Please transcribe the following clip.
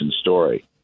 story